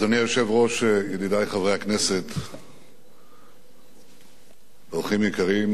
אדוני היושב-ראש, ידידי חברי הכנסת, אורחים יקרים,